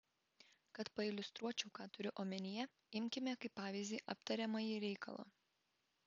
kad pailiustruočiau ką turiu omenyje imkime kaip pavyzdį aptariamąjį reikalą